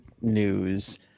news